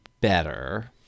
better